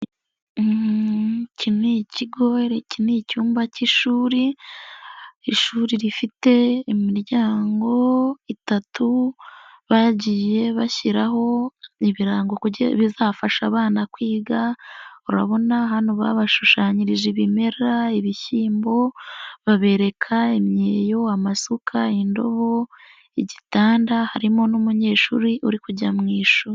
Iki ni ikigo, iki ni icyumba cy'ishuri, ishuri rifite imiryango itatu, bagiye bashyiraho ibirango bizafasha abana kwiga, urabona ahantu babashushanyirije ibimera, ibishyimbo, babereka imyeyo, amasuka, indobo, igitanda, harimo n'umunyeshuri uri kujya mu ishuri.